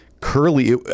curly